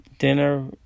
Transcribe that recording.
dinner